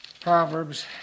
proverbs